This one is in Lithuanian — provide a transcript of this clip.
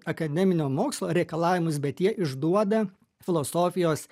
akademinio mokslo reikalavimus bet jie išduoda filosofijos